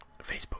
Facebook